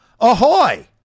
Ahoy